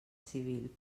civil